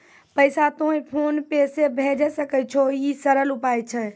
पैसा तोय PhonePe से भैजै सकै छौ? ई सरल उपाय छै?